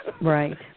Right